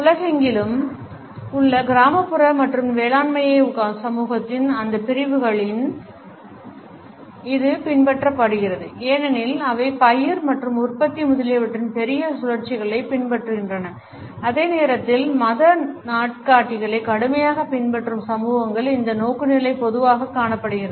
உலகெங்கிலும் உள்ள கிராமப்புற மற்றும் வேளாண்மையான சமூகத்தின் அந்த பிரிவுகளிலும் இது பின்பற்றப்படுகிறது ஏனெனில் அவை பயிர் மற்றும் உற்பத்தி முதலியவற்றின் பெரிய சுழற்சிகளைப் பின்பற்றுகின்றன அதே நேரத்தில் மத நாட்காட்டிகளை கடுமையாக பின்பற்றும் சமூகங்கள் இந்த நோக்குநிலை பொதுவாகக் காணப்படுகின்றன